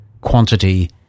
quantity